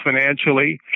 financially